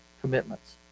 commitments